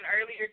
earlier